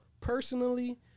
personally